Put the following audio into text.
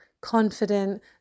confident